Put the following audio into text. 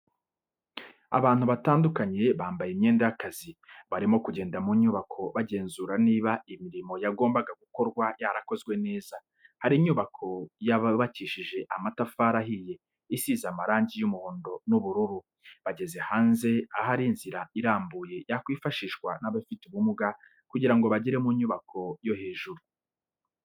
Abantu batandukanye bambaye imyenda y'akazi barimo kugenda mu nyubako bagenzura niba imirimo yagombaga gukorwa yarakozwe neza, hari inyubako yubakishije amatafari ahiye isize amarangi y'umuhondo n'ubururu, bageze hanze ahari inzira irambuye yakwifashishwa n'abafite ubumuga kugirango bagere mu nyubako yo hejuru.